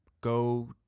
go